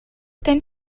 тань